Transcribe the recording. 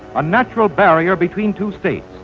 a natural barrier between two states.